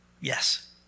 yes